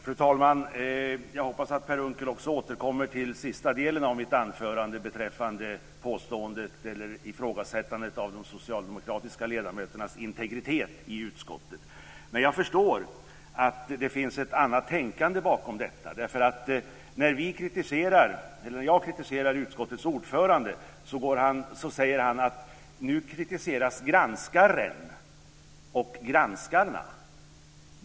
Fru talman! Jag hoppas att Per Unckel också återkommer till sista delen av mitt anförande beträffande ifrågasättandet av de socialdemokratiska ledamöternas integritet i utskottet. Jag förstår att det finns ett annat tänkande bakom detta. När jag kritiserar utskottets ordförande säger han att nu kritiseras granskaren och granskarna.